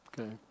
Okay